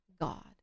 God